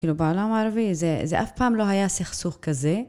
כאילו בעולם הערבי זה אף פעם לא היה סכסוך כזה.